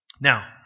Now